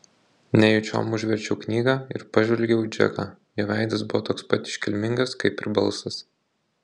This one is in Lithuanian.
nejučiom užverčiau knygą ir pažvelgiau į džeką jo veidas buvo toks pat iškilmingas kaip ir balsas